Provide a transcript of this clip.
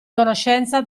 conoscenza